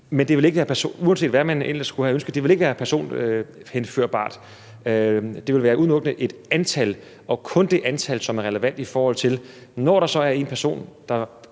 Men uanset hvad man ellers kunne have ønsket, vil det ikke være personhenførbart; det vil udelukkende være et antal og kun det antal, som er relevant. Når der så er en person, der